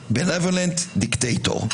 ל The netherlands dictatorship .